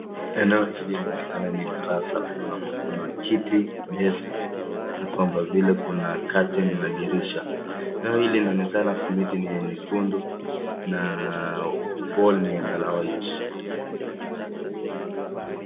Eneo hili inaonekana ni darasa. Kuna kiti desk na kwamba vile kuna curtain na dirisha. Eneo hili inaonekana simiti ni ya nyekundu na [cs ] wall ni ya colour white .